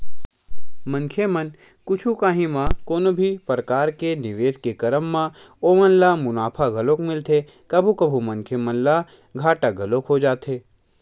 मनखे मन कुछु काही म कोनो भी परकार के निवेस के करब म ओमन ल मुनाफा घलोक मिलथे कभू कभू मनखे मन ल घाटा घलोक हो जाथे